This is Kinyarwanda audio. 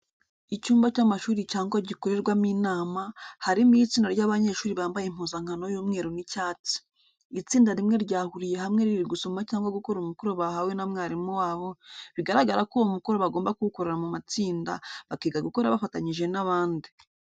Icyumba cy'amashuri cyangwa gikorerwamo inama, harimo itsinda ry'abanyeshuri bambaye impuzankano y'umweru n'icyatsi. Itsinda rimwe ryahuriye hamwe riri gusoma cyangwa gukora umukoro bahawe na mwarimu wabo, bigaragara ko uwo mukoro bagomba ku wukora mu matsinda, bakiga gukora bafatanyije n'abandi.